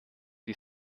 die